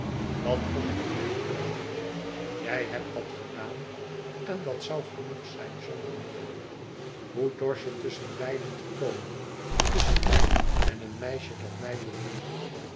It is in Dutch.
wat kon ik anders doen jij hebt dat gedaan en dat zou genoeg zijn zonder meer hoe dorst je tusschen beiden te komen tusschen mij en een meisje dat mij beviel